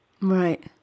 Right